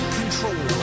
control